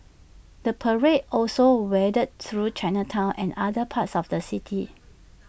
the parade also wended through Chinatown and other parts of the city